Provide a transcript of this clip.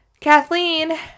Kathleen